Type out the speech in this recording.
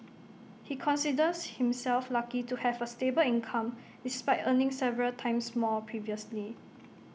he considers himself lucky to have A stable income despite earning several times more previously